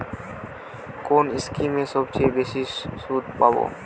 কোন স্কিমে সবচেয়ে বেশি সুদ পাব?